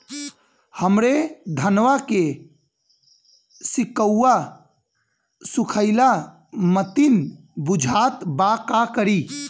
हमरे धनवा के सीक्कउआ सुखइला मतीन बुझात बा का करीं?